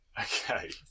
Okay